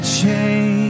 change